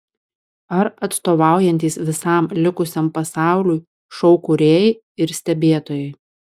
ar atstovaujantys visam likusiam pasauliui šou kūrėjai ir stebėtojai